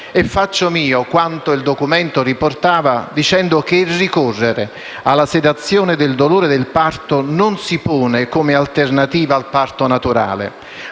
Faccio mio quanto il documento riportava dicendo che il ricorrere alla sedazione del dolore del parto non si pone come alternativa al parto naturale,